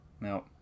No